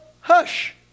hush